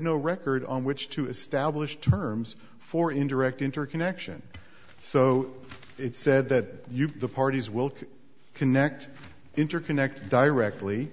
no record on which to establish terms for indirect interconnection so it said that you the parties will connect interconnect directly